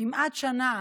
כמעט שנה,